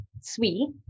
sweet